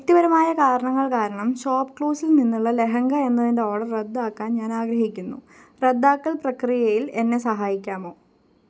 വ്യക്തിപരമായ കാരണങ്ങൾ കാരണം ഷോപ്പ്ക്ലൂസിൽ നിന്നുള്ള ലെഹങ്ക എന്നതിൻ്റെ ഓർഡർ റദ്ദാക്കാൻ ഞാൻ ആഗ്രഹിക്കുന്നു റദ്ദാക്കൽ പ്രക്രിയയിൽ എന്നെ സഹായിക്കാമോ